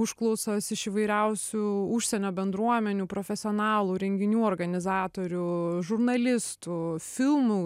užklausos iš įvairiausių užsienio bendruomenių profesionalų renginių organizatorių žurnalistų filmų